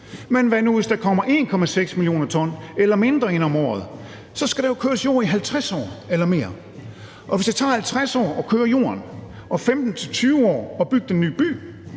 Men hvad nu, hvis der kommer 1,6 mio. t eller mindre ind om året? Så skal der jo køres jord i 50 år eller mere. Og hvis det tager 50 år at køre jorden og 15-20 år at bygge den nye by,